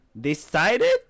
decided